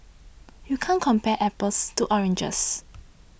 you can't compare apples to oranges